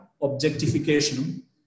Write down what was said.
Objectification